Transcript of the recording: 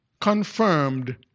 confirmed